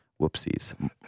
whoopsies